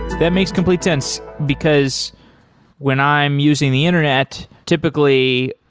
that makes complete sense, because when i'm using the internet, typically,